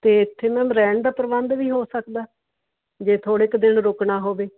ਅਤੇ ਇੱਥੇ ਨਾ ਰਹਿਣ ਦਾ ਪ੍ਰਬੰਧ ਵੀ ਹੋ ਸਕਦਾ ਜੇ ਥੋੜ੍ਹੇ ਕੁ ਦਿਨ ਰੁਕਣਾ ਹੋਵੇ